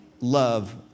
love